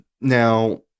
now